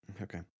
Okay